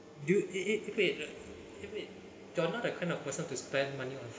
do it it if it you're not the kind of person to spend money on